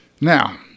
now